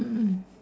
mm mm